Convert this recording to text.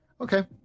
Okay